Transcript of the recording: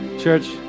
Church